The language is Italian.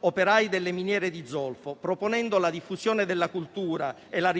operai delle miniere di zolfo, proponendo la diffusione della cultura e la